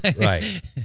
Right